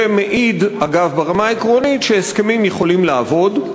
אגב, זה מעיד ברמה העקרונית שהסכמים יכולים לעבוד.